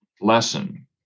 lesson